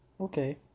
okay